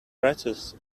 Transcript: pretzels